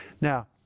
Now